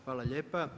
Hvala lijepa.